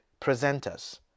presenters